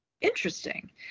Interesting